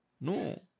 No